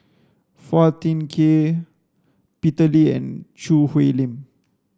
Phua Thin Kiay Peter Lee and Choo Hwee Lim